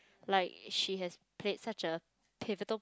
like she has played such a pivotal